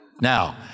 Now